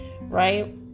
right